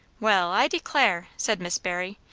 well, i declare! said miss barry.